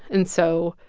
and so,